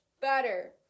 better